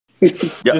Yes